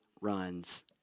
runs